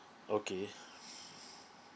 okay